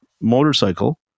motorcycle